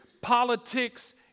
politics